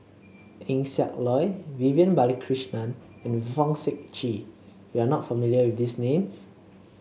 Eng Siak Loy Vivian Balakrishnan and Fong Sip Chee you are not familiar with these names